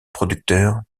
producteur